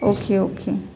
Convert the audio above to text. okay okay